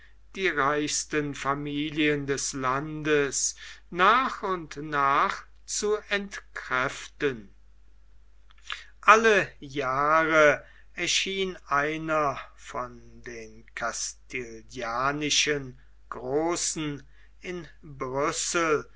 die reichsten familien des landes nach und nach zu entkräften alle jahre erschien einer von den castilianischen großen in brüssel